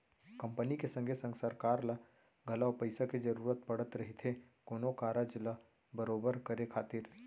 company के संगे संग सरकार ल घलौ पइसा के जरूरत पड़त रहिथे कोनो कारज ल बरोबर करे खातिर